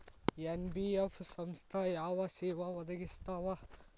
NBF ಸಂಸ್ಥಾ ಯಾವ ಸೇವಾ ಒದಗಿಸ್ತಾವ?